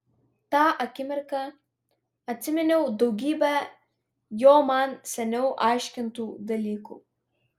tą akimirką atsiminiau daugybę jo man seniau aiškintų dalykų